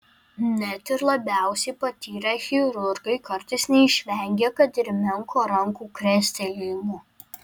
net ir labiausiai patyrę chirurgai kartais neišvengia kad ir menko rankų krestelėjimo